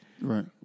right